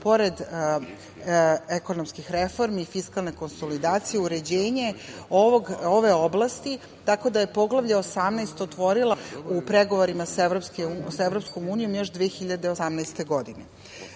pored ekonomskih reformi i fiskalne konsolidacije uređenje ove oblasti, tako da je Poglavlje 18 otvorila u pregovorima sa EU još 2018. godine. Kada